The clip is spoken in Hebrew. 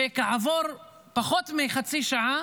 וכעבור פחות מחצי שעה